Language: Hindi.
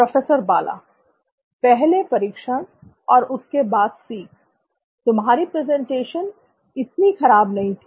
प्रोफेसर बाला पहले परीक्षण और उसके बाद सीख तुम्हारी प्रेजेंटेशन इतनी खराब नहीं थी